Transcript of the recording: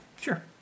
sure